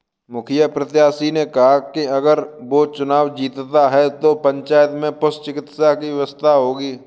मुखिया प्रत्याशी ने कहा कि अगर वो चुनाव जीतता है तो पंचायत में पशु चिकित्सा की व्यवस्था होगी